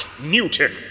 Newton